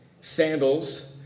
sandals